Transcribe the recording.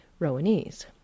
Rowanese